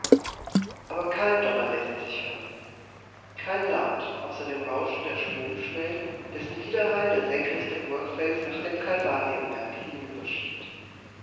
aber kein donner läßt sich hören kein laut außer dem rauschen der stromschnellen dessen widerhall der senkrechte burgfels nach dem